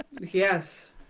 Yes